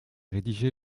rédigé